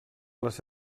les